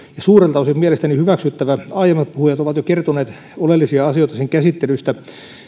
suurelta osin mielestäni hyväksyttävä aiemmat puhujat ovat jo kertoneet oleellisia asioita sen käsittelystä